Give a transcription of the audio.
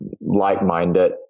like-minded